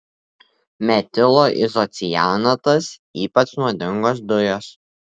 metilo izocianatas ypač nuodingos dujos